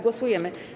Głosujemy.